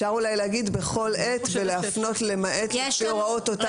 אפשר אולי לומר בכל עת ולהפנות "למעט לפי הוראות אותה תקנה".